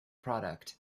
product